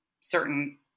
certain